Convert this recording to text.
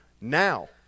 now